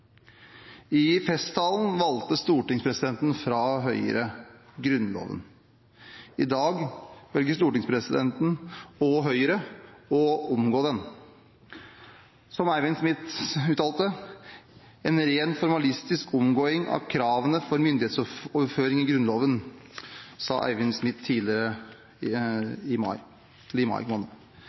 I festtalen valgte stortingspresidenten fra Høyre Grunnloven. I dag velger stortingspresidenten og Høyre å omgå den. «Ei reint formalistisk omgåing av krava for myndigheitsoverføring i Grunnlova», sa Eivind Smith i mai.